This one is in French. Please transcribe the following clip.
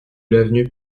l’avenue